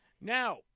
Now